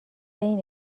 بین